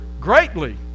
greatly